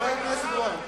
שר, חבר הכנסת בוים,